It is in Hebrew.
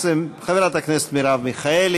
2015. חברת הכנסת מרב מיכאלי.